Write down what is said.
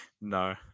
No